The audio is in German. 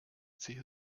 sicher